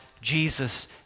Jesus